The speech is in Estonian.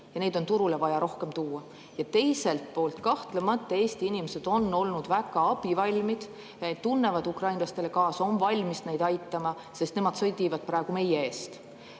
ja neid on turule vaja rohkem tuua. Teiselt poolt, kahtlemata on Eesti inimesed olnud väga abivalmid, tunnevad ukrainlastele kaasa, on valmis neid aitama, sest nemad sõdivad praegu meie eest.